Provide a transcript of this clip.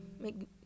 make